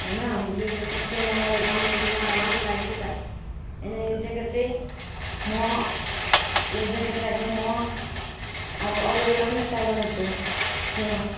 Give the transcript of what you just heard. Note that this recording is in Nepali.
होइन यो ज्याकेट चाहिँ मलाई राम्रो न राम्रो लाग्यो के त होइन यो ज्याकेट चाहिँ म यो ज्याकेटलाई चाहिँ म अब अरू बेला पनि ट्राई गर्नेछु यो